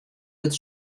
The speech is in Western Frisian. wurdt